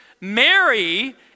Mary